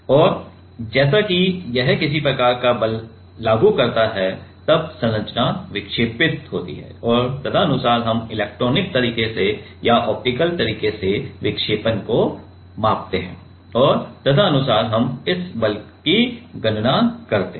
और जैसा कि यह किसी प्रकार का बल लागू करता है तब संरचना विक्षेपित होती है और तदनुसार हम इलेक्ट्रॉनिक तरीके से या ऑप्टिकल तरीके से विक्षेपण को मापते हैं और तदनुसार हम बल की गणना करते हैं